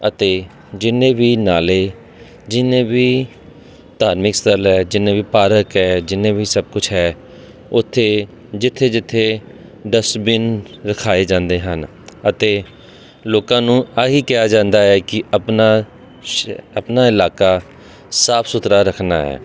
ਅਤੇ ਜਿੰਨੇ ਵੀ ਨਾਲੇ ਜਿੰਨੇ ਵੀ ਧਾਰਮਿਕ ਸਥਲ ਹੈ ਜਿੰਨੇ ਵੀ ਪਾਰਕ ਹੈ ਜਿੰਨੇ ਵੀ ਸਭ ਕੁਛ ਹੈ ਉੱਥੇ ਜਿੱਥੇ ਜਿੱਥੇ ਡਸਟਬਿਨ ਰਖਾਏ ਜਾਂਦੇ ਹਨ ਅਤੇ ਲੋਕਾਂ ਨੂੰ ਆਹੀ ਕਿਹਾ ਜਾਂਦਾ ਹੈ ਕਿ ਆਪਣਾ ਸ਼ ਆਪਣਾ ਇਲਾਕਾ ਸਾਫ ਸੁਥਰਾ ਰੱਖਣਾ ਹੈ